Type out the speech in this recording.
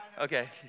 Okay